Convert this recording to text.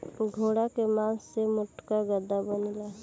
घोड़ा के मास से मोटका गद्दा बनेला